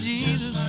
Jesus